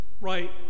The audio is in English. right